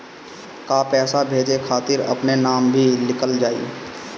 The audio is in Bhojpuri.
का पैसा भेजे खातिर अपने नाम भी लिकल जाइ?